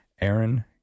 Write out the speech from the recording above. Aaron